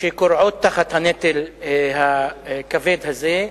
שכורעות תחת הנטל הכבד הזה,